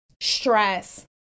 stress